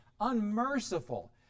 unmerciful